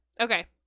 Okay